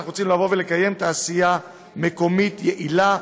אנחנו רוצים לקיים תעשייה מקומית יעילה,